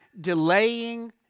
delaying